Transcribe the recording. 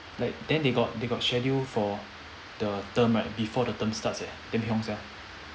like then they got they got schedule for the term right before the term starts eh damn hiong sia